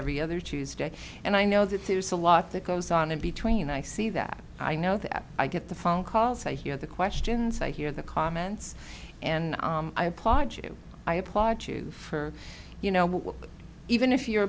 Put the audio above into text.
every other tuesday and i know that there's a lot that goes on in between i see that i know that i get the phone calls i hear the questions i hear the comments and i applaud you i applaud you for you know even if your